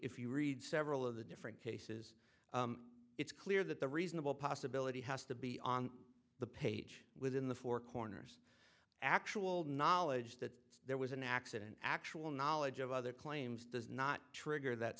if you read several of the different cases it's clear that the reasonable possibility has to be on the page within the four corners actual knowledge that there was an accident actual knowledge of other claims does not trigger that